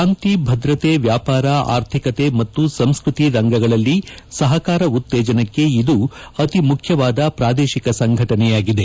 ಶಾಂತಿ ಭದ್ರತೆ ವ್ಯಾಪಾರ ಆರ್ಥಿಕತೆ ಮತ್ತು ಸಂಸ್ಪತಿ ರಂಗಗಳಲ್ಲಿ ಸಹಕಾರ ಉತ್ತೇಜನಕ್ಕೆ ಇದು ಅತಿ ಮುಖ್ಜವಾದ ಪ್ರಾದೇಶಿಕ ಸಂಘಟನೆಯಾಗಿದೆ